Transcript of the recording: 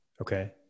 Okay